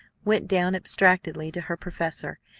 went down abstractedly to her professor,